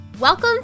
Welcome